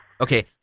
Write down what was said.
Okay